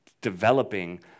developing